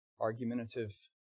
argumentative